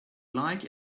like